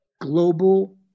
global